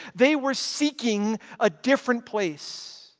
they were seeking a different place.